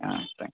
ஆ thanks